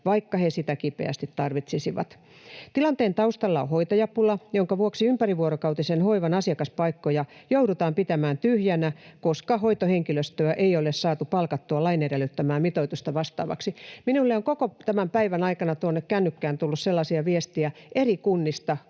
vaikka he sitä kipeästi tarvitsisivat. Tilanteen taustalla on hoitajapula, jonka vuoksi ympärivuorokautisen hoivan asiakaspaikkoja joudutaan pitämään tyhjänä, koska hoitohenkilöstöä ei ole saatu palkattua lain edellyttämää mitoitusta vastaavaksi. Minulle on koko tämän päivän ajan tuonne kännykkään tullut eri kunnista